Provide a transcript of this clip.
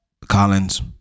Collins